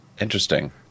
interesting